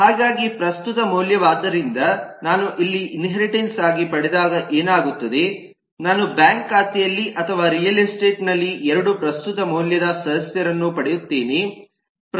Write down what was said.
ಹಾಗಾಗಿ ಪ್ರಸ್ತುತ ಮೌಲ್ಯವಾದ್ದರಿಂದ ನಾನು ಇಲ್ಲಿ ಇನ್ಹೇರಿಟೆನ್ಸ್ ಆಗಿ ಪಡೆದಾಗ ಏನಾಗುತ್ತದೆ ನಾನು ಬ್ಯಾಂಕ್ ಖಾತೆಯಲ್ಲಿ ಅಥವಾ ರಿಯಲ್ ಎಸ್ಟೇಟ್ ನಲ್ಲಿ 2 ಪ್ರಸ್ತುತ ಮೌಲ್ಯದ ಸದಸ್ಯರನ್ನು ಪಡೆಯುತ್ತೇನೆ